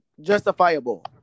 justifiable